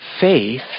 Faith